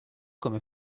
come